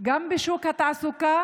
גם בשוק התעסוקה